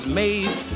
made